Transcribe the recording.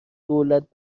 دولت